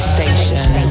Station